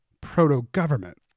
proto-government